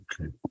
Okay